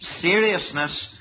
seriousness